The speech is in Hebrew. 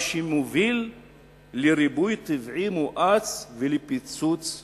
מה שמוביל לריבוי טבעי מואץ ולפיצוץ דמוגרפי".